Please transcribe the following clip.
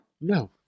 No